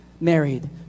married